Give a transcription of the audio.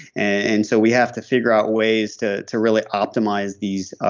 and so we have to figure out ways to to really optimize these.